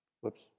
Whoops